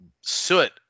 soot